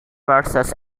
versus